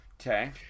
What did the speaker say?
Okay